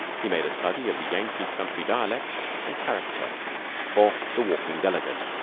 he made a study of the yankee country dialect and character for the walking delegate,